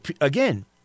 again